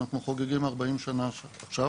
אנחנו חוגגים 40 שנה עכשיו.